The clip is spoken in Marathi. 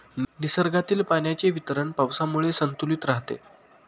निसर्गातील पाण्याचे वितरण पावसामुळे संतुलित राहते